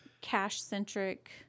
cash-centric